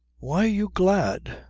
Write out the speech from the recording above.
why are you glad?